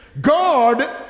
god